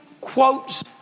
quotes